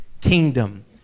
kingdom